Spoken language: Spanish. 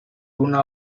una